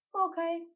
Okay